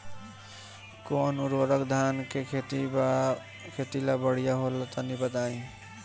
कौन उर्वरक धान के खेती ला बढ़िया होला तनी बताई?